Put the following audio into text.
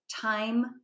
time